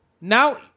Now